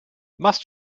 must